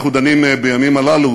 אנחנו דנים בימים הללו